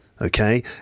Okay